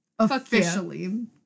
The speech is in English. Officially